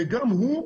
וגם הוא,